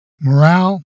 Morale